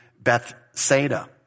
Bethsaida